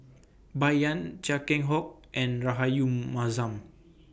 Bai Yan Chia Keng Hock and Rahayu Mahzam